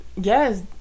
yes